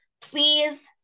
Please